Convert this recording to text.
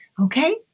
Okay